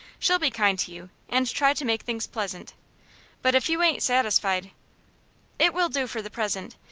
she'll be kind to you, and try to make things pleasant but if you ain't satisfied it will do for the present.